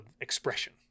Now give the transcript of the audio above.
expression